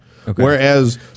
Whereas